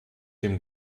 dem